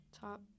top